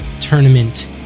tournament